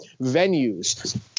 venues